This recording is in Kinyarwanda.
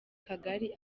kagari